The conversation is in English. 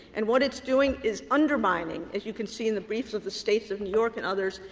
and what it's doing is undermining, as you can see in the briefs of the states of new york and others,